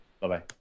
Bye-bye